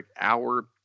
hour